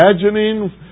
imagining